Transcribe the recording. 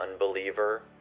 unbeliever